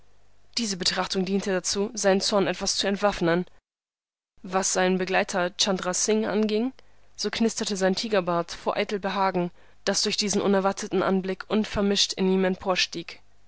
diese betrachtung diente dazu seinen zorn etwas zu entwaffnen was seinen begleiter chandra singh anging so knisterte sein tigerbart vor eitel behagen das durch diesen unerwarteten anblick unvermischt in ihm emporstieg